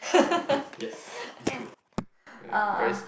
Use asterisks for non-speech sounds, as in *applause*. *laughs* uh